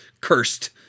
cursed